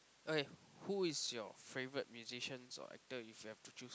okay who is your favourite musicians or actor if you have to choose